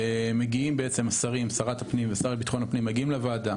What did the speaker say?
השר והשרה, מגיעים לוועדה